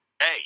hey